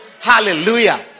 Hallelujah